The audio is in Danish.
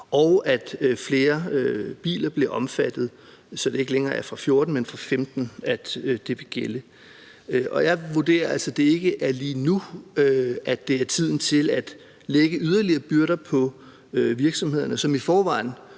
og at flere biler bliver omfattet, så det ikke længere er fra 2014, men 2015, det vil gælde. Jeg vurderer altså, at det ikke er lige nu, det er tiden til at lægge yderligere byrder på virksomhederne, som i forvejen